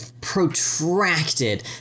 protracted